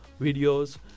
videos